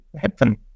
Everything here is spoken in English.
happen